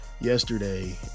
yesterday